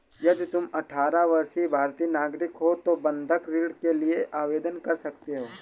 यदि तुम अठारह वर्षीय भारतीय नागरिक हो तो बंधक ऋण के लिए आवेदन कर सकते हो